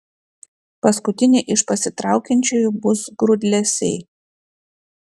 paskutiniai iš pasitraukiančiųjų bus grūdlesiai